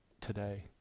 today